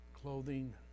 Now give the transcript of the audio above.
clothing